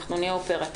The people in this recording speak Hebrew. אנחנו נהיה אופרטיביים.